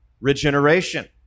regeneration